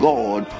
God